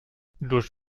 durch